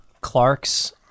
Clark's